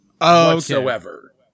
whatsoever